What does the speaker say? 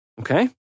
Okay